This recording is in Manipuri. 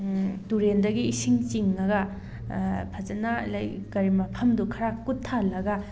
ꯇꯨꯔꯦꯟꯗꯒꯤ ꯏꯁꯤꯡ ꯆꯤꯡꯉꯒ ꯐꯖꯅ ꯀꯔꯤ ꯃꯐꯝꯗꯣ ꯈꯔ ꯀꯨꯠꯊꯍꯜꯂꯒ